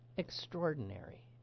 Extraordinary